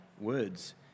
words